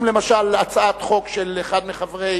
אם, למשל, הצעת חוק של אחד מחברי